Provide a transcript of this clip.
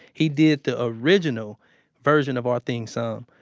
he did the original version of our theme so